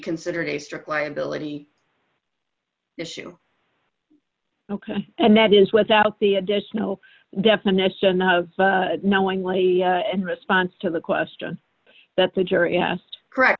considered a strict liability issue and that is without the additional definition of knowingly in response to the question that the jury asked correct